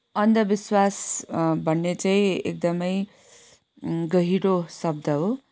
अन्धविश्वास भन्ने चाहिँ एकदमै गहिरो शब्द हो